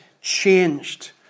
changed